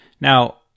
Now